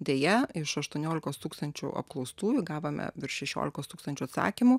deja iš aštuoniolikos tūkstančių apklaustųjų gavome virš šešiolikos tūkstančių atsakymų